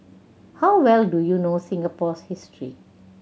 how well do you know Singapore's history